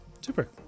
super